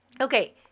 Okay